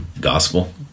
Gospel